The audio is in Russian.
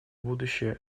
будущее